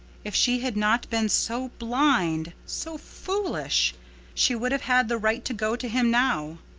if she had not been so blind so foolish she would have had the right to go to him now.